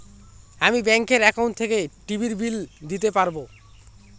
আমি ব্যাঙ্কের একাউন্ট থেকে টিভির বিল দিতে পারবো